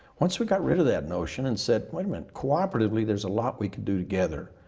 once we got rid of that notion and said, wait and cooperatively, there's a lot we can do together.